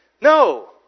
No